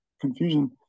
confusion